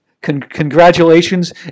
Congratulations